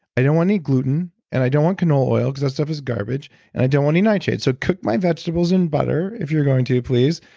i don't want any gluten and i don't want canola oil because that stuff is garbage and i don't want any nightshades. so cook my vegetables in butter if you're going to please.